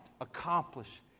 accomplish